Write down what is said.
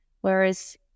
Whereas